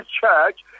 church